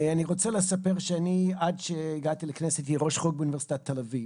אני רוצה לספר שאני עד שהגעתי לכנסת הייתי ראש חוג באוניברסיטת תל אביב